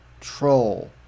troll